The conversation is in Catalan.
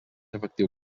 efectiu